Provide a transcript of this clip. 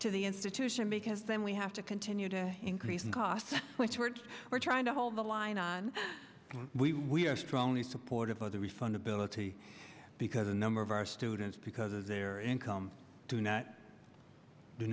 to the institution because then we have to continue to increase in cost which words we're trying to hold the line on we strongly supportive of the refund ability because a number of our students because of their income do not do